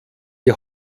die